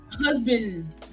husband